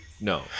No